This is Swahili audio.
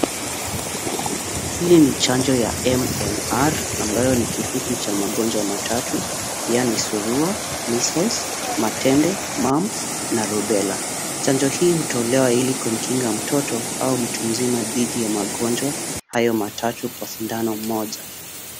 Hili ni chanjo ya MMR ambayo ni kifupi cha magonjwa matatu yaani surua, measles , matende mumps na rubella . Chanjo hii hutolewa ili kumkinga mtoto au mtu mzima dhidi ya magonjwa hayo matatu kwa sindano moja.